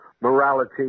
morality